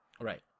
Right